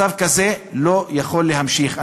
מצב כזה לא יכול להימשך.